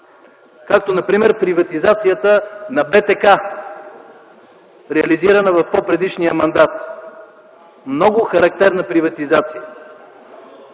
както например приватизацията на БТК, реализирана в по-предишния мандат – много характерна приватизация.